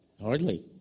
Hardly